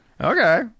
okay